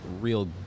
real